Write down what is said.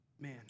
man